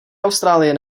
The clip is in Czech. austrálie